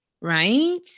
right